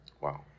Wow